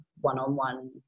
one-on-one